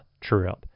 trip